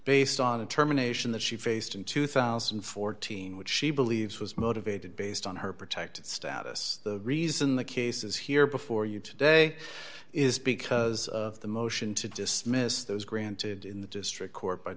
based on determination that she faced in two thousand and fourteen which she believes was motivated based on her protected status the reason the case is here before you today is because of the motion to dismiss those granted in the district co